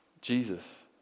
Jesus